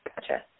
Gotcha